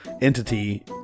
Entity